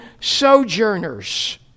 sojourners